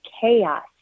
chaos